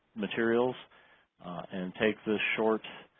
materials and take this short